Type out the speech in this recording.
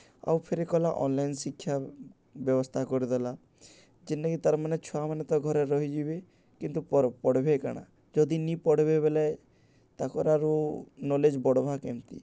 ଆଉ ଫେର୍ କଲା ଅନ୍ଲାଇନ୍ ଶିକ୍ଷା ବ୍ୟବସ୍ଥା କରିଦେଲା ଯେନ୍ଟାକି ତାର୍ମାନେ ଛୁଆମାନେ ତ ଘରେ ରହିଯିବେ କିନ୍ତୁ ପଢ଼୍ବେ କାଣା ଯଦି ନି ପଢ଼୍ବେ ବଲେ ତାଙ୍କର୍ରୁ ନଲେଜ୍ ବଢ଼୍ବା କେନ୍ତି